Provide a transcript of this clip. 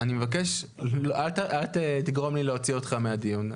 אני מבקש לא לגרום לי להוציא אותך מהדיון,